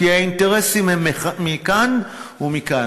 כי האינטרסים הם מכאן ומכאן.